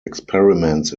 experiments